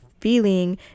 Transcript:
feeling